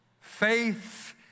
Faith